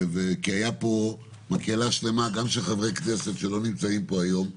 כי הייתה פה מקהלה שלמה גם של חברי כנסת שלא נמצאים פה היום,